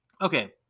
Okay